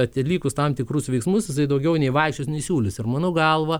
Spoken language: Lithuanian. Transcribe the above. atlikus tam tikrus veiksmus jisai daugiau nei vaikščios nei siūlys ir mano galva